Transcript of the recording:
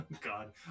god